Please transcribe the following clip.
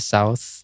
South